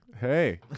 Hey